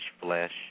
flesh